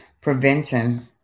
prevention